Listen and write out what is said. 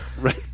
Right